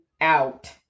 out